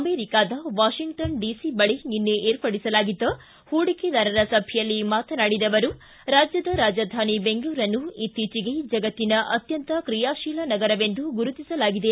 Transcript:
ಅಮೆರಿಕಾದ Washington DC ಬಳಿ ನಿನ್ನೆ ಏರ್ಪಡಿಸಲಾಗಿದ್ದ ಹೂಡಿಕೆದಾರರ ಸಭೆಯಲ್ಲಿ ಮಾತನಾಡಿದ ಅವರು ರಾಜ್ಜದ ರಾಜಧಾನಿ ಬೆಂಗಳೂರನ್ನು ಇತ್ತೀಚೆಗೆ ಜಗತ್ತಿನ ಅತ್ಖಂತ ಕ್ರಿಯಾಶೀಲ ನಗರವೆಂದು ಗುರುತಿಸಲಾಗಿದೆ